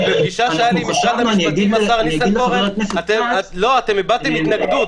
בפגישה שהייתה לי עם משרד המשפטים ועם השר ניסנקורן אתם הבעתם התנגדות.